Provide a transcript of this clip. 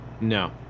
No